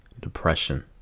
depression